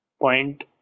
point